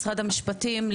משרד המשפטים,